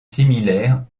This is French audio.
similaires